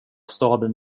staden